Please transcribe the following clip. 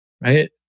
right